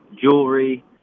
jewelry